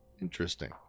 Interesting